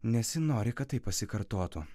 nesinori kad tai pasikartotų